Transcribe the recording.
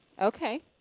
Okay